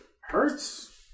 Hurts